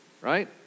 right